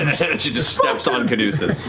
and sort of she just steps on caduceus.